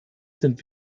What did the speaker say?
sind